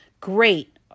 Great